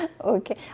Okay